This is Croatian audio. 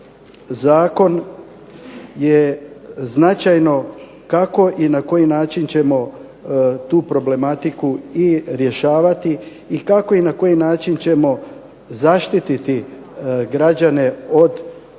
zakon je značajno kako i na koji način ćemo tu problematiku i rješavati i kako i na koji način ćemo zaštititi građane od lošega ili